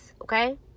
Okay